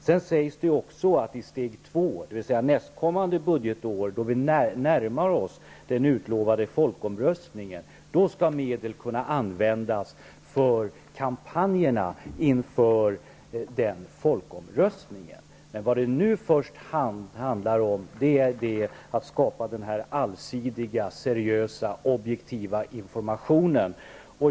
I steg 2, under det därefter kommande budgetåret, då vi närmar oss den utlovade folkomröstningen, skall medel kunna användas till kampanjerna inför denna. Men vad det först handlar om är att det skall ges en allsidig, seriös och objektiv information.